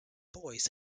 boys